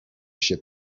się